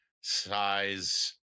size